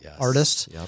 artist